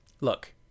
Look